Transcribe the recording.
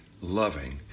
loving